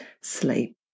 sleep